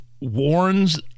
warns